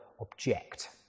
object